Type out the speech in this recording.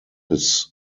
his